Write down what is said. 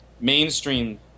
mainstream